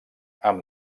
amb